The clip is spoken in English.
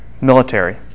military